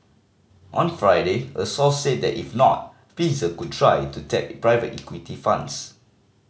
on Friday a source said that if not Pfizer could try to tap private equity funds